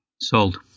Sold